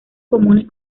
comunes